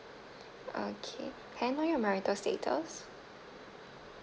okay can I know your marital status